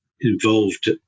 involved